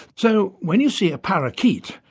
so when you see a parakeet,